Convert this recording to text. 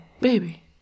baby